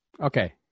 Okay